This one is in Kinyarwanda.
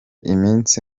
iminsi